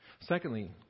Secondly